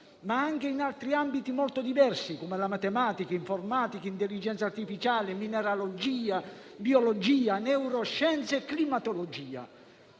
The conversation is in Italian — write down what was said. ma anche in altri ambiti molto diversi, come la matematica, l'informatica, l'intelligenza artificiale, la mineralogia, la biologia, le neuroscienze e la climatologia.